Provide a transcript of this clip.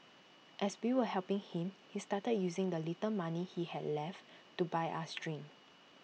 as we were helping him he started using the little money he had left to buy us drinks